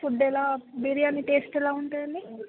food ఎలా biryani taste ఎలా ఉంటుందండి